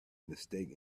mistake